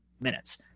minutes